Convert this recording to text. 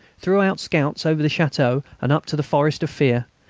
threw out scouts over the plateau and up to the forest of fere,